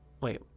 Wait